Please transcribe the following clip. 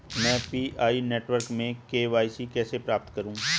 मैं Pi network में KYC कैसे प्राप्त करूँ?